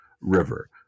river